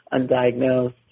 undiagnosed